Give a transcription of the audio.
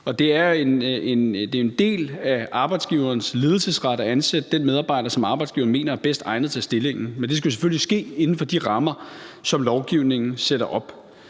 Det er jo en del af arbejdsgiverens ledelsesret at ansætte den medarbejder, som arbejdsgiveren mener er bedst egnet til stillingen, men det skal selvfølgelig ske inden for de rammer, som lovgivningen sætter.